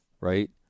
right